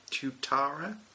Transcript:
Tutara